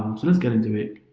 um so let's get into it